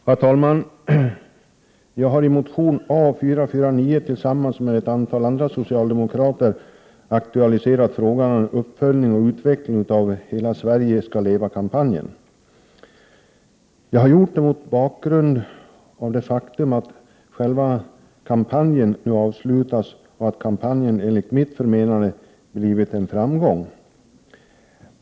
Herr talman! Jag har i motion A449 tillsammans med ett antal andra socialdemokrater aktualiserat frågan om en uppföljning och utveckling av ”Hela Sverige ska leva”-kampanjen. Jag har gjort det mot bakgrund av det faktum att själva kampanjen nu avslutats och att kampanjen enligt mitt förmenande blivit en framgång.